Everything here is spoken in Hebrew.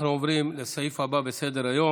אנחנו עוברים לסעיף הבא בסדר-היום,